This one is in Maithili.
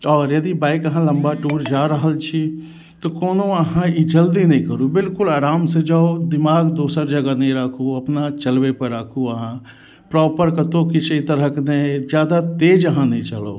आओर यदि बाइक अहाँ लम्बा टूर जा रहल छी तऽ कोनो अहाँ ई जल्दी नहि करू बिल्कुल आराम से जाउ दिमाग दोसर जगह नहि राखू अपना चलबै पर राखू अहाँ प्रॉपर कतौ किछु ई तरहक नहि अछि जादा तेज अहाँ नहि चलब